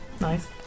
Nice